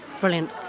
Brilliant